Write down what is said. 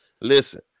listen